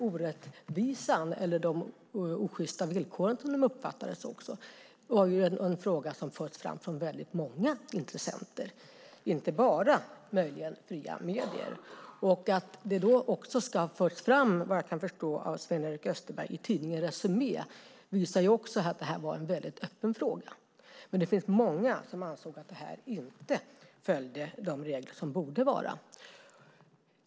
Orättvisan i de osjysta villkoren för annonsmängden var en fråga som fördes fram av många intressenter, inte bara möjligen Fria Media. Att detta också, enligt Sven-Erik Österberg, ska ha förts fram i tidningen Resumé visar att detta var en öppen fråga. Det fanns många som ansåg att reglerna inte var sådana de borde vara.